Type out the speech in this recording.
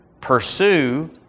pursue